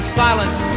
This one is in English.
silence